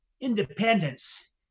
independence